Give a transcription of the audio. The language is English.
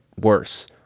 worse